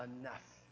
enough